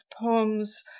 poems